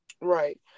Right